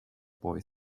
boy